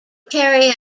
carry